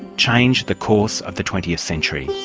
change the course of the twentieth century.